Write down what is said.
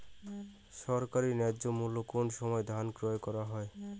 সরকারি ন্যায্য মূল্যে কোন সময় ধান ক্রয় করা হয়?